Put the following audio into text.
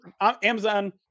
Amazon